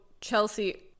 Chelsea